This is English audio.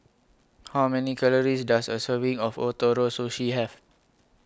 How Many Calories Does A Serving of Ootoro Sushi Have